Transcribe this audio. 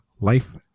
life